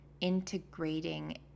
integrating